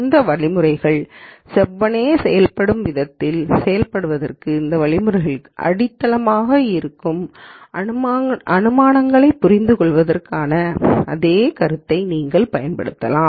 இந்த வழிமுறைகள் செவ்வனே செயல்படும் விதத்தில் செயல்படுவதற்கு இந்த வழிமுறைகளுக்கு அடித்தளமாக இருக்கும் அனுமானங்களைப் புரிந்துகொள்வதற்கான அதே கருத்தை நீங்கள் பயன்படுத்தலாம்